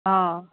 অ